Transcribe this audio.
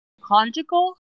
conjugal